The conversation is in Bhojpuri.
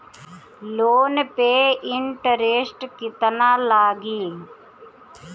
लोन पे इन्टरेस्ट केतना लागी?